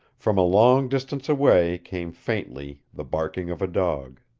from a long distance away came faintly the barking of a dog.